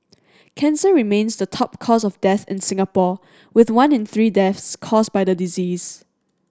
cancer remains the top cause of death in Singapore with one in three deaths caused by the disease